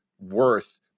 worth